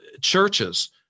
churches